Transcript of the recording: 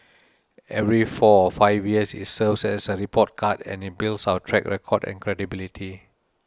every four five years it's serves as a report card and it builds our track record and credibility